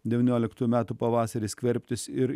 devynioliktų metų pavasarį skverbtis ir